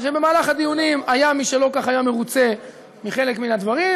במהלך הדיונים היה מי שלא כל כך היה מרוצה מחלק מן הדברים,